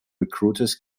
recruiters